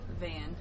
van